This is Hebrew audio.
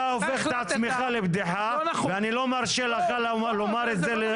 אתה הופך את עצמך לבדיחה ואני לא מרשה לך לומר את זה.